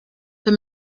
for